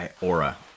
aura